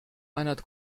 einer